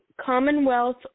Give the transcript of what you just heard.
Commonwealth